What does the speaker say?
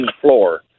floor